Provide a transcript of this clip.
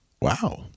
Wow